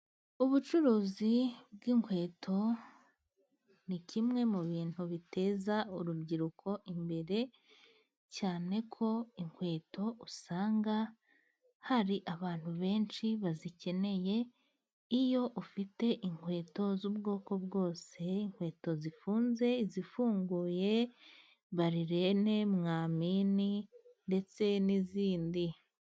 Ubucuruzi bw'inkweto ni kimwe mu bintu biteza urubyiruko imbere cyane ko inkweto usanga hari abantu benshi bazikeneye, iyo ufite inkweto z'ubwoko bwose, inkweto zifunze, izifunguye ,balilene ,mwamini ndetse n'izindi.